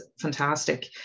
fantastic